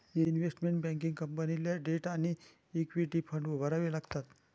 investment banking कंपनीला debt आणि equity fund उभारावे लागतात